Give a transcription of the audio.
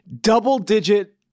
double-digit